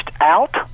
out